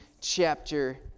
chapter